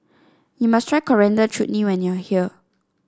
you must try Coriander Chutney when you are here